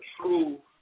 true